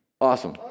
Awesome